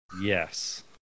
Yes